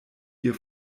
ihr